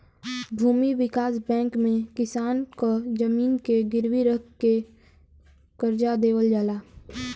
भूमि विकास बैंक में किसान क जमीन के गिरवी रख के करजा देवल जाला